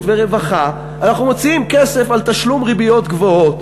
ורווחה אנחנו מוציאים כסף על תשלום ריביות גבוהות.